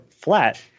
flat